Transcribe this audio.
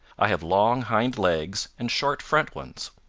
i have long hind legs and short front ones.